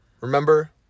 remember